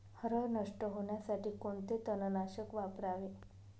हरळ नष्ट होण्यासाठी कोणते तणनाशक वापरावे?